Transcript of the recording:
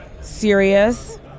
serious